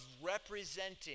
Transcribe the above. representing